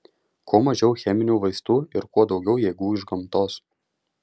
kuo mažiau cheminių vaistų ir kuo daugiau jėgų iš gamtos